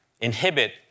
inhibit